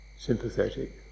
Sympathetic